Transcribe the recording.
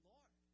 Lord